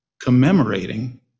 commemorating